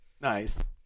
Nice